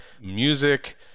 music